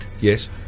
Yes